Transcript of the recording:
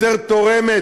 יותר תורמת.